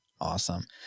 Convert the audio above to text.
Awesome